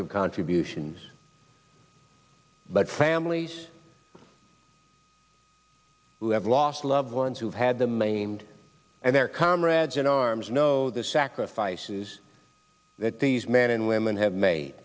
of contributions but families who have lost loved ones who've had the maimed and their comrades in arms know the sacrifices that these men and women have made